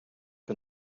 que